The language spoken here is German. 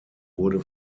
wurde